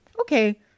okay